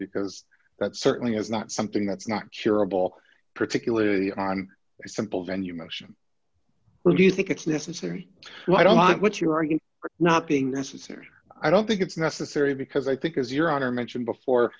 because that certainly is not something that's not curable particularly on a simple venue motion well you think it's necessary but i don't know what you're asking for not being necessary i don't think it's necessary because i think as your honor mentioned before